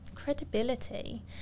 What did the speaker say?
Credibility